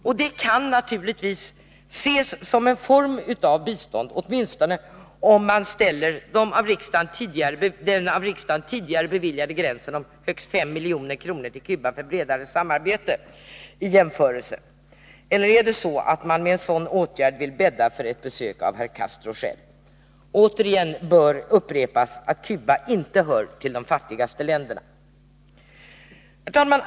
Detta kan naturligtvis ses som en form av bistånd, åtminstone i jämförelse med den av riksdagen tidigare uppställda gränsen på högst fem milj.kr. till Cuba för bredare samarbete. Eller är det så att man med en sådan åtgärd vill bädda för ett besök av herr Castro själv? Återigen bör upprepas att Cuba inte hör till de fattigaste länderna. | Herr talman!